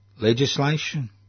Legislation